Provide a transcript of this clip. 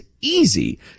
easy